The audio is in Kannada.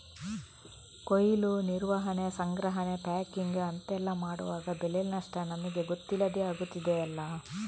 ಕೊಯ್ಲು, ನಿರ್ವಹಣೆ, ಸಂಗ್ರಹಣೆ, ಪ್ಯಾಕಿಂಗ್ ಅಂತೆಲ್ಲ ಮಾಡುವಾಗ ಬೆಳೆ ನಷ್ಟ ನಮಿಗೆ ಗೊತ್ತಿಲ್ಲದೇ ಆಗುದಿದೆಯಲ್ಲ